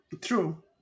true